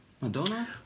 Madonna